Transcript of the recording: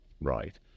Right